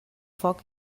foc